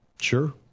Sure